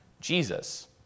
Jesus